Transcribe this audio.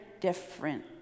different